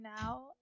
now